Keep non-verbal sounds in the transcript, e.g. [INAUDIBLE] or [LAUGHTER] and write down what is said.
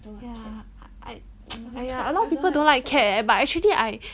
ya I [NOISE] !aiya! a lot of people don't like cat eh but actually I